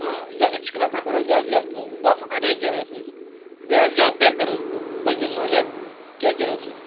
آ أسۍ چھِ کران پٮ۪فَر حظ زیادٕ یَتھ باتھ روٗم اٹیچٕے آسہِ حظ سُہ گٔیو زیادٕ بہتر حظ تہٕ باقٕے سہوٗلِیات کیٛاہ کیٛاہ حظ چھِس